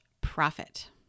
profit